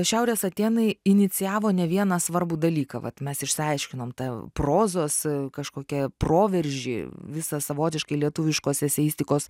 šiaurės atėnai inicijavo ne vieną svarbų dalyką vat mes išsiaiškinom tą prozos kažkokią proveržį visą savotiškai lietuviškos eseistikos